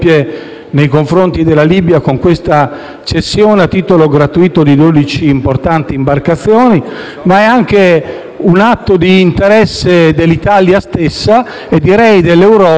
nei confronti della Libia, con la cessione a titolo gratuito di dodici importanti imbarcazioni, ma è anche un atto nell'interesse dell'Italia stessa, e direi dell'Europa,